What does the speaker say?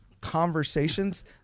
conversations